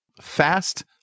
fast